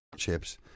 Chips